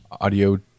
audio